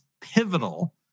pivotal